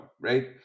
right